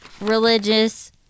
religious